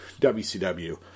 WCW